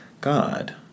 God